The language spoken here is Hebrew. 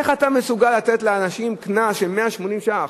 איך אתה מסוגל לתת לאנשים קנס של 180 ש"ח,